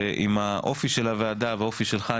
עם האופי של הוועדה ועם האופי שלך,